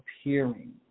appearing